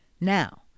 Now